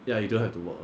ya you don't have to work